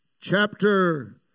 chapter